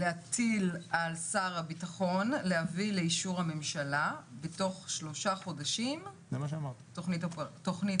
"להטיל על שר הביטחון להביא לאישור הממשלה בתוך שלושה חודשים תוכנית